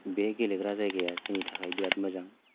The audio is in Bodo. बे गेलेग्रा जायगाया जोंनि थाखाय बिराद मोजां